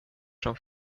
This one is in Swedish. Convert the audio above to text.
från